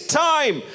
time